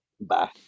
bye